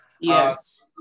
Yes